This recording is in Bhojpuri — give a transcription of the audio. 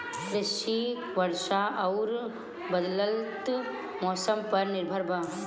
कृषि वर्षा आउर बदलत मौसम पर निर्भर बा